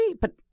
but-